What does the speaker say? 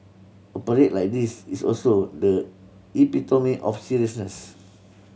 a parade like this is also the epitome of seriousness